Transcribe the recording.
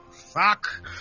Fuck